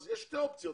ולכן יש שתי אופציות,